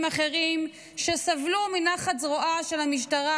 אחרים שסבלו מנחת זרועה של המשטרה,